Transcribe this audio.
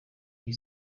iyi